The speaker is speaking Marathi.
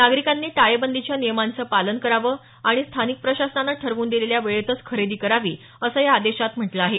नागरिकांनी टाळेबंदीच्या नियमांचं पालन करावं आणि स्थानिक प्रशासनानं ठरवून दिलेल्या वेळेतच खरेदी करावी असं या आदेशात म्हटलं आहे